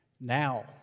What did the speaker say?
now